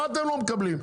מה אתם לא מקבלים,